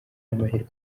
amahirwe